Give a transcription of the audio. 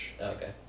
Okay